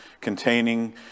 containing